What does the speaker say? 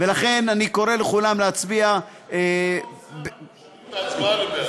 ולכן אני קורא לכולם להצביע בעד ההצעה.